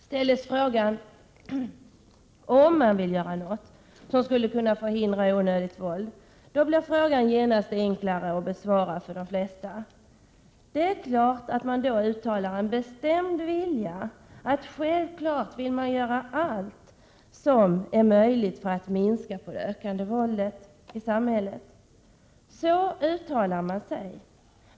Ställdes frågan om man vill göra något som skulle kunna förhindra onödigt våld, blir den enkel att besvara för de flesta. Det är klart att man då uttalar en bestämd vilja att göra allt som är möjligt för att minska det ökande våldet i samhället. Så uttalar man sig.